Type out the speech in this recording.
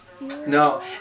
No